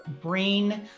brain